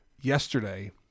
yesterday